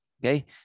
Okay